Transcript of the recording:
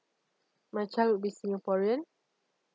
my child would be singaporean